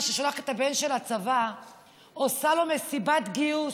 ששולחת את הבן שלה לצבא עושה לו מסיבת גיוס,